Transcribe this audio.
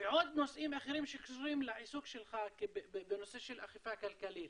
ועוד נושאים אחרים שקשורים לעיסוק שלך בנושא של אכיפה כלכלית.